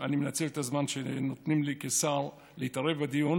אני מנצל את הזמן שנותנים לי כשר להתערב בדיון.